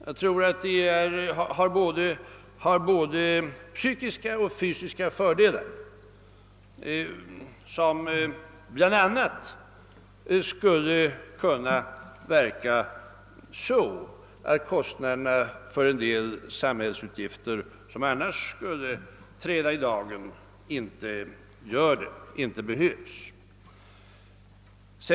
Jag tror att det har både psykiska och fysiska fördelar, som bl.a. skulle kunna verka så att en del samhällsutgifter, som annars skulle bli nödvändiga, inte behövs, .